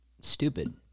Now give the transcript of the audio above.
Stupid